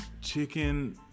chicken